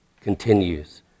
continues